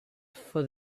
for